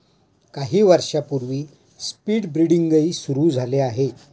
काही वर्षांपूर्वी स्पीड ब्रीडिंगही सुरू झाले आहे